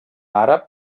àrab